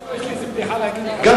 יש לי איזה בדיחה להגיד, לא, חברים.